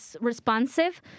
responsive